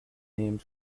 named